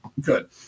Good